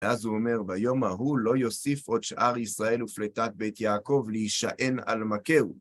ואז הוא אומר, ביום ההוא לא יוסיף עוד שאר ישראל ופלטת בית יעקב להישען על מכהו.